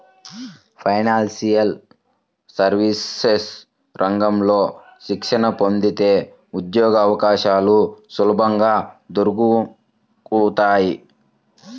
financial services రంగంలో శిక్షణ పొందితే ఉద్యోగవకాశాలు సులభంగా దొరుకుతాయి